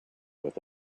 with